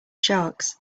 sharks